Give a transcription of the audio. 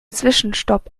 zwischenstopp